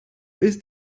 ist